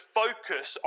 focus